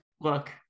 Look